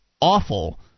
awful